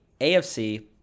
AFC